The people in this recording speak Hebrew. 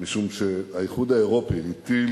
משום שהאיחוד האירופי הטיל